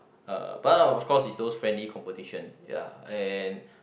uh but then of course is those friendly competition ya and